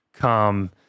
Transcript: come